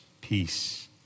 peace